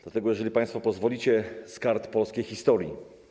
Dlatego, jeżeli państwo pozwolicie, z kart polskiej historii.